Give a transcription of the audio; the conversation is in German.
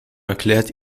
erklärt